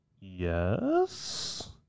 yes